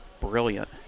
brilliant